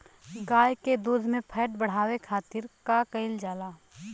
गाय के दूध में फैट बढ़ावे खातिर का कइल जाला?